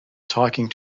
talking